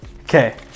okay